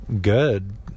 good